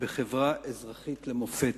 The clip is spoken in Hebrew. בחברה אזרחית למופת,